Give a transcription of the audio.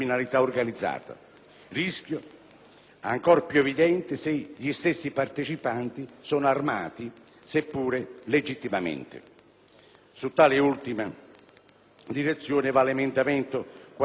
ancor più evidente se gli stessi partecipanti sono armati, seppure legittimamente. In tale ultima direzione va l'emendamento 46.103 che è stato